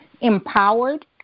empowered